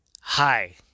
Hi